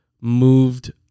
moved